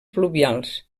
pluvials